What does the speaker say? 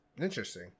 interesting